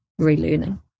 relearning